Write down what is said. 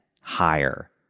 higher